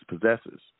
possesses